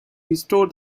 restore